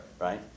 right